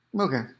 Okay